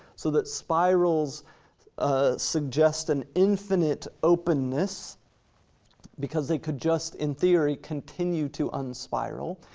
so that spirals ah suggest an infinite openness because they could just, in theory, continue to un-spiral,